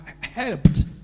helped